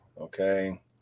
Okay